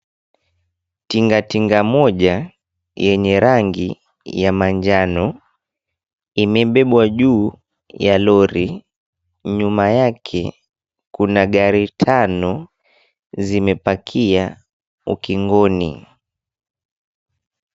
Tingatinga moja yenye rangi ya manjano imebebwa juu ya lori. Nyuma yake kuna gari tano zimepakia ukingoni.